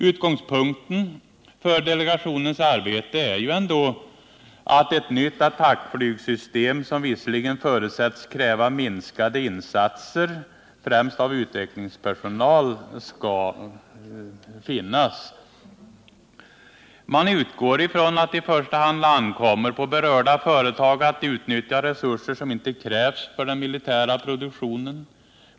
Utgångspunkten för delegationens arbete är ändå att ett nytt attackflygsystem — som visserligen förutsätts kräva minskade insatser, främst av utvecklingspersonal — skall finnas. Man utgår därvid från att det i första hand ankommer på berörda företag att utnyttja resurser som inte krävs för den militära produktionen.